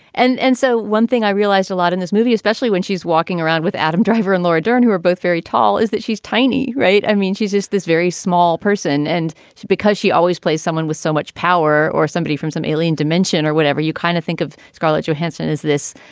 and and so one thing i realized a lot in this movie, especially when she's walking around with adam driver and laura dern, who are both very tall, is that she's tiny. right. i mean, she's just this very small person. and she because she always plays someone with so much power or somebody from some alien dimension or whatever, you kind of think of scarlett johansson as this,